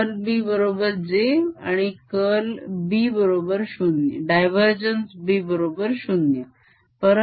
curl B बरोबर j आणि div B बरोबर 0